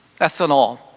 ethanol